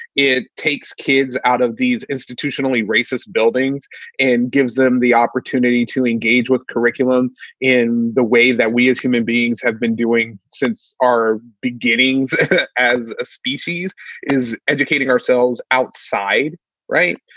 it takes kids out of these institutionally racist buildings and gives them the opportunity to engage engage with curriculum in the way that we as human beings have been doing since our beginnings as a species is educating ourselves outside right.